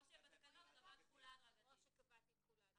או שקבעת תחולה הדרגתית.